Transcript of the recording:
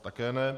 Také ne.